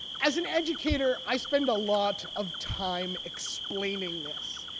as an educator, i spend a lot of time explaining this,